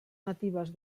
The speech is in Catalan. natives